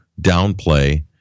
downplay